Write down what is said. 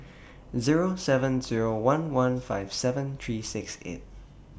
Zero seven Zero one one five seven three six eight